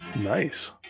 nice